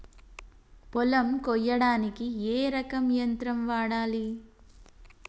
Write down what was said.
పొలం కొయ్యడానికి ఏ రకం యంత్రం వాడాలి?